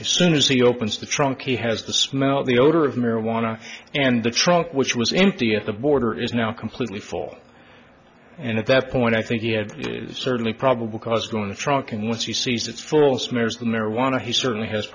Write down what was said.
as soon as he opens the trunk he has to smell the odor of marijuana and the trunk which was empty at the border is now completely full and at that point i think he had certainly probable cause going to trunk and once he sees it's full smears the marijuana he certainly has